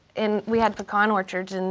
and we had pecan orchards. and